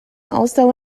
also